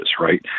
right